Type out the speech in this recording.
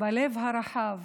בלב הרחב,